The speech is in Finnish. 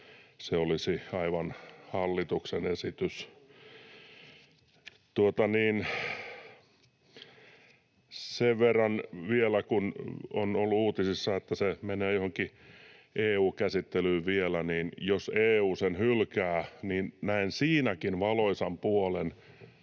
se olisi aivan hallituksen esitys. Sen verran vielä, kun on ollut uutisissa, että se menee johonkin EU-käsittelyyn vielä, niin jos EU sen hylkää, niin näen siinäkin valoisan puolen.